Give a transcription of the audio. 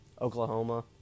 Oklahoma